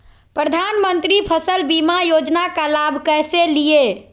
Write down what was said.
प्रधानमंत्री फसल बीमा योजना का लाभ कैसे लिये?